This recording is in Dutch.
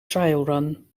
trailrun